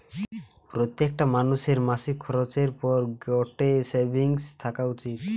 প্রত্যেকটা মানুষের মাসিক খরচের পর গটে সেভিংস থাকা উচিত